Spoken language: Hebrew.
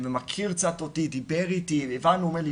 ומכיר אותי קצת והוא דיבר איתי והוא אמר לי